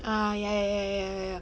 ah ya ya ya ya ya